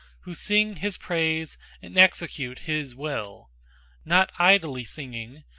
who sing his praise and execute his will not idly singing,